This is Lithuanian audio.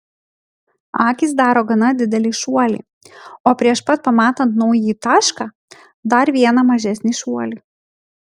akys daro gana didelį šuolį o prieš pat pamatant naująjį tašką dar vieną mažesnį šuolį